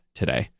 today